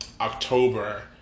October